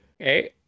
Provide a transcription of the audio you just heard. Okay